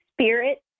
spirit